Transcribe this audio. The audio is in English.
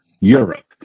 Europe